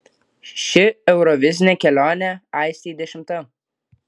ši eurovizinė kelionė aistei dešimta